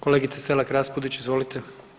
Kolegice Selak-Raspudić, izvolite.